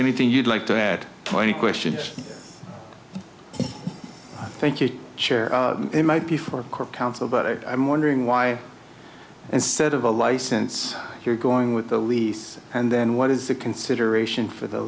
anything you'd like to add twenty questions thank you chair it might be for counsel but i'm wondering why instead of a license you're going with the lease and then what is the consideration for the